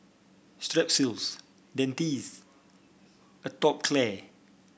Strepsils Dentiste Atopiclair